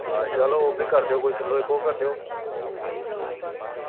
आं चलो ओह्बी करी देओ किलो इक्क ओह् करी देओ